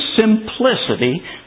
simplicity